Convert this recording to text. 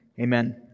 Amen